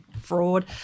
fraud